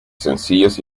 sencillos